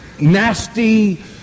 nasty